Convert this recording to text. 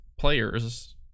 players